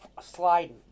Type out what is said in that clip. sliding